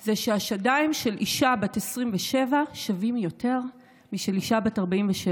היא שהשדיים של אישה בת 27 שווים יותר משל אישה בת 47,